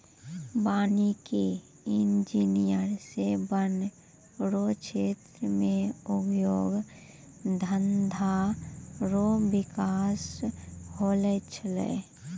वानिकी इंजीनियर से वन रो क्षेत्र मे उद्योग धंधा रो बिकास होलो छै